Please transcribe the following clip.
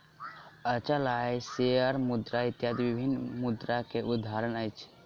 अचल आय, शेयर मुद्रा इत्यादि विभिन्न मुद्रा के उदाहरण अछि